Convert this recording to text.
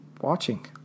watching